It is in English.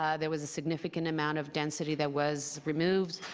ah there was a significant amount of density that was removed.